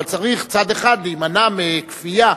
אבל צריך צד אחד להימנע מכפייה,